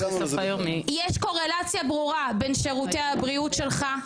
יש קורלציה ברורה בין שירותי הבריאות שלך,